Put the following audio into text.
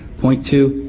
point two,